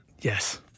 Yes